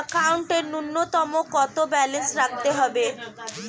একাউন্টে নূন্যতম কত ব্যালেন্স রাখতে হবে?